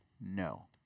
No